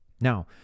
Now